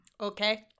Okay